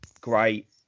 great